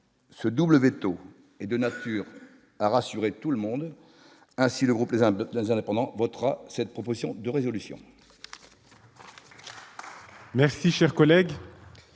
ce double véto est de nature à rassurer tout le monde, ainsi le groupe des Indes, pendant votre, cette proposition de résolution.